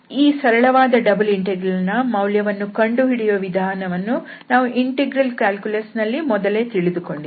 ಈ ಸರಳವಾದ double integral ನ ಮೌಲ್ಯವನ್ನು ಕಂಡುಹಿಡಿಯುವ ವಿಧಾನವನ್ನು ನಾವು ಇಂಟೆಗ್ರಲ್ ಕ್ಯಾಲ್ಕುಲಸ್ ನಲ್ಲಿ ಮೊದಲೇ ತಿಳಿದುಕೊಂಡಿದ್ದೇವೆ